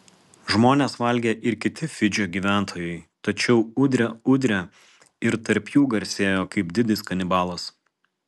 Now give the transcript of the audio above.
žmones valgė ir kiti fidžio gyventojai tačiau udre udre ir tarp jų garsėjo kaip didis kanibalas